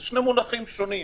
אלה שני מונחים שונים.